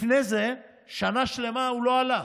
לפני זה, שנה שלמה הוא לא עלה.